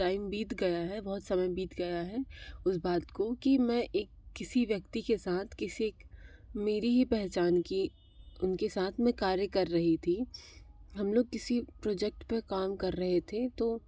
time बीत गया है बहुत समय बीत गया है उस बात को कि मैं एक किसी व्यक्ति के साथ किसी मेरी ही पहचान की उनके साथ मैं कार्य कर रही थी हम लोग किसी प्रोजेक्ट पर काम कर रहे थे तो